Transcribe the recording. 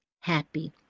happy